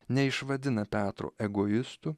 neišvadina petro egoistu